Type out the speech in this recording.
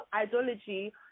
ideology